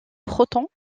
proton